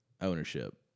ownership